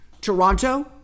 Toronto